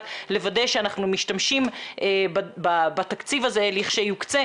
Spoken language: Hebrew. לוודא שאנחנו משתמשים בתקציב הזה לכשיוקצה,